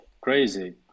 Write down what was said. crazy